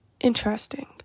interesting